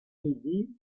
midi